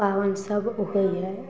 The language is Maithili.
पाबनि सब होइ हइ